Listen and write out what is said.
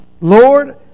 Lord